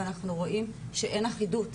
אנחנו רואים שאין אחידות.